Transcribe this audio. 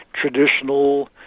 traditional